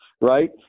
Right